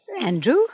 Andrew